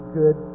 good